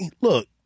Look